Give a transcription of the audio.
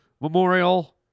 memorial